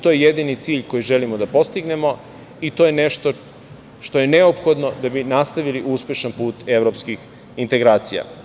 To je jedini cilj koji želimo da postignemo i to je nešto što je neophodno da bi nastavili uspešan put evropskih integracija.